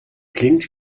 klingt